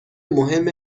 مهم